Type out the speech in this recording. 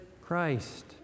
Christ